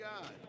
God